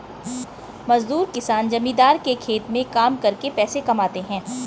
मजदूर किसान जमींदार के खेत में काम करके पैसा कमाते है